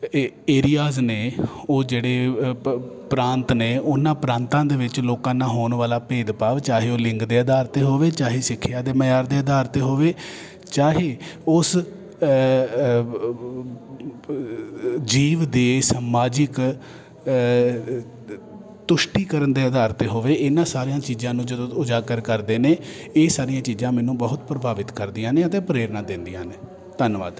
ਇਹ ਏਰੀਆਜ਼ ਨੇ ਉਹ ਜਿਹੜੇ ਪ ਪ੍ਰਾਂਤ ਨੇ ਉਹਨਾਂ ਪ੍ਰਾਂਤਾਂ ਦੇ ਵਿੱਚ ਲੋਕਾਂ ਨਾਲ ਹੋਣ ਵਾਲਾ ਭੇਦਭਾਵ ਚਾਹੇ ਉਹ ਲਿੰਗ ਦੇ ਆਧਾਰ 'ਤੇ ਹੋਵੇ ਚਾਹੇ ਸਿੱਖਿਆ ਦੇ ਮਿਆਰ ਦੇ ਆਧਾਰ 'ਤੇ ਹੋਵੇ ਚਾਹੇ ਉਸ ਜੀਵ ਦੀ ਸਮਾਜਿਕ ਤੁਸ਼ਟੀਕਰਨ ਦੇ ਅਧਾਰ 'ਤੇ ਹੋਵੇ ਇਹਨਾਂ ਸਾਰਿਆਂ ਚੀਜ਼ਾਂ ਨੂੰ ਜਦੋਂ ਉਜਾਗਰ ਕਰਦੇ ਨੇ ਇਹ ਸਾਰੀਆਂ ਚੀਜ਼ਾਂ ਮੈਨੂੰ ਬਹੁਤ ਪ੍ਰਭਾਵਿਤ ਕਰਦੀਆਂ ਨੇ ਅਤੇ ਪ੍ਰੇਰਨਾ ਦਿੰਦੀਆਂ ਨੇ ਧੰਨਵਾਦ